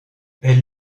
elle